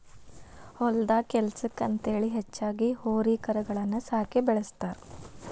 ಹೊಲದಾಗ ಕೆಲ್ಸಕ್ಕ ಅಂತೇಳಿ ಹೆಚ್ಚಾಗಿ ಹೋರಿ ಕರಗಳನ್ನ ಸಾಕಿ ಬೆಳಸ್ತಾರ